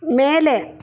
ಮೇಲೆ